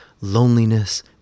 loneliness